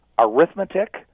arithmetic